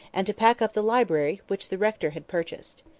and to pack up the library, which the rector had purchased.